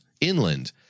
inland